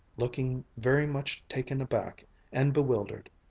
looking very much taken aback and bewildered,